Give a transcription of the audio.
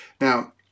now